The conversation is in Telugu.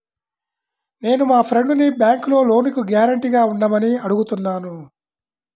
నేను మా ఫ్రెండ్సుని బ్యేంకులో లోనుకి గ్యారంటీగా ఉండమని అడుగుతున్నాను